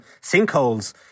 sinkholes